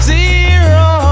Zero